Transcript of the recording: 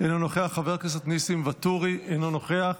אינו נוכח,